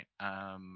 right